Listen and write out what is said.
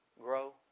grow